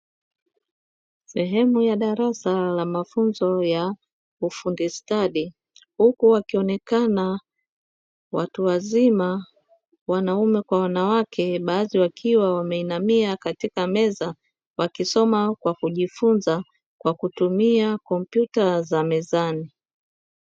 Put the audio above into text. Sehemu ya darasa la mafunzo ya ufundi stadi, huku wakionekana watu wazima wanaume kwa wanawake, baadhi wakiwa wameinamia katika meza wakisoma kwa kujifunza, kwa kutumia kompyuta za mezani.